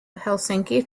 helsinki